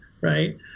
right